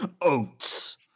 oats